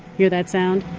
hear that sound?